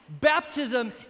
Baptism